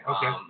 Okay